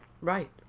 Right